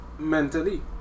mentally